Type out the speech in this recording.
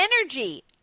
energy